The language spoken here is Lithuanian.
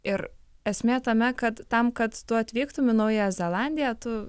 ir esmė tame kad tam kad tu atvyktum į naująją zelandiją tu